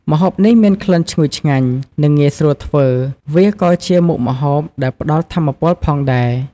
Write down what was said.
ម្ហូបនេះមានក្លិនឈ្ងុយឆ្ងាញ់ និងងាយស្រួលធ្វើ វាក៏ជាមុខម្ហូបដែលផ្ដល់ថាមពលផងដែរ។